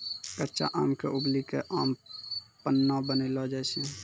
कच्चा आम क उबली कॅ आम पन्ना बनैलो जाय छै